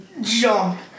jump